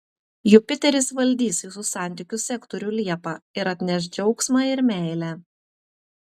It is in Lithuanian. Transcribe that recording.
jupiteris valdys jūsų santykių sektorių liepą ir atneš džiaugsmą ir meilę